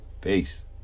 Peace